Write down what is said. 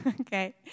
Okay